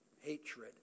hatred